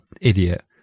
Idiot